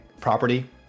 property